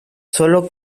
solo